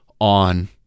on